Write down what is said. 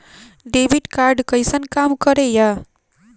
Debit card कैसन काम करेया?